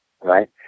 right